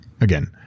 Again